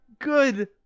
Good